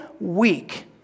week